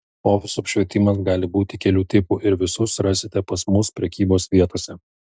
ofisų apšvietimas gali būti kelių tipų ir visus rasite pas mus prekybos vietose